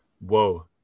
Whoa